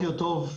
בוקר טוב.